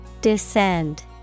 Descend